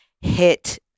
hit